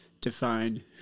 define